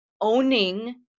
owning